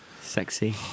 Sexy